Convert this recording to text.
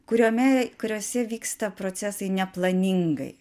kuriome kuriose vyksta procesai neplaningai